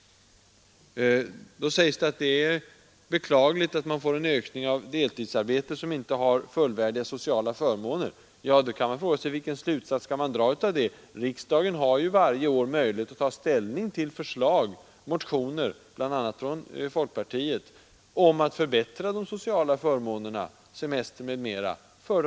Då sägs det att det sker en ökning av deltidsarbetet, som inte ger fullvärdiga sociala förmåner. Man kan ju fråga vilken slutsats som bör dras av det. Riksdagen har varje år möjlighet att ta ställning till motioner, bl.a. från folkpartiet, om att förbättra de sociala förmånerna, rätten till semester m.m. — för deltidsanställda.